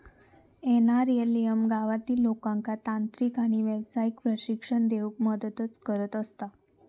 NRLM गावातील लोकांका तांत्रिक आणि व्यावसायिक प्रशिक्षण देऊन मदतच करत असता